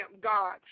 God